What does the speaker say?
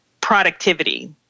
productivity